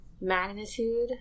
magnitude